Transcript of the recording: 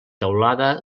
teulada